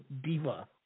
Diva